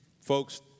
Folks